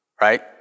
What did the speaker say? right